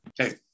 okay